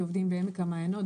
שעובדים בעמק המעיינות,